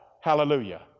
hallelujah